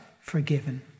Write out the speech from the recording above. forgiven